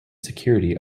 security